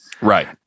Right